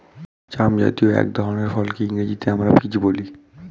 জামজাতীয় এক ধরনের ফলকে ইংরেজিতে আমরা পিচ বলি